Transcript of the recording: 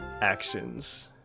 actions